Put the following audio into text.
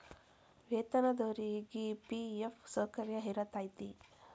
ವೇತನದೊರಿಗಿ ಫಿ.ಎಫ್ ಸೌಕರ್ಯ ಇರತೈತಿ